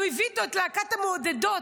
הוא גם הביא אתו את להקת המעודדות,